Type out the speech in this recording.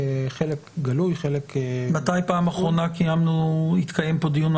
חלק גלוי וחלק -- מתי בפעם האחרונה התקיים פה דיון?